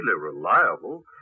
reliable